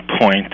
point